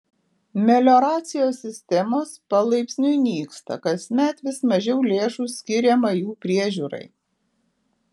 melioracijos sistemos palaipsniui nyksta kasmet vis mažiau lėšų skiriama jų priežiūrai